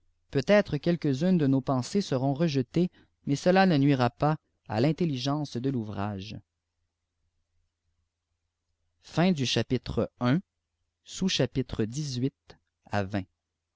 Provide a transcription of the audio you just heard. peut-être quelques unes de nos pensées seront rejetées mais cela ne nuira pas à tintelligence de l'ouvrage